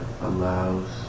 allows